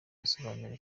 asobanura